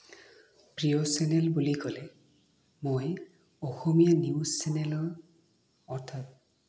প্ৰিয় চেনেল বুলি ক'লে মই অসমীয়া নিউজ চেনেলৰ অৰ্থাৎ